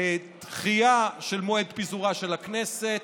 לדחייה של מועד פיזורה של הכנסת,